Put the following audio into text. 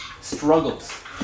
struggles